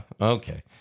Okay